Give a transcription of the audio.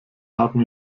haben